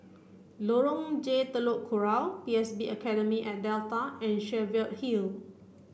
Lorong J Telok Kurau P S B Academy at Delta and Cheviot Hill